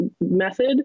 method